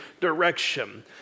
direction